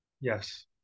Yes